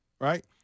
right